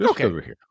Okay